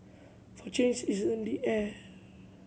for change is in the air